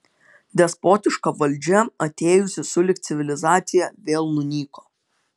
despotiška valdžia atėjusi sulig civilizacija vėl nunyko